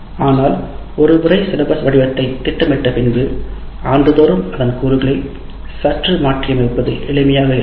ஆனால் ஒருமுறை சிலபஸ் பாடத்திட்டத்தின் வடிவத்தை திட்டமிட்ட பின்பு ஆண்டுதோறும் அதன் கூறுகளை சற்று மாற்றியமைப்பது எளிமையாக இருக்கும்